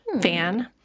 fan